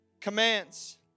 commands